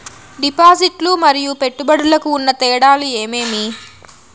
డిపాజిట్లు లు మరియు పెట్టుబడులకు ఉన్న తేడాలు ఏమేమీ?